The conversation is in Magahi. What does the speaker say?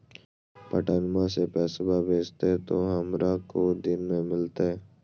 पटनमा से पैसबा भेजते तो हमारा को दिन मे मिलते?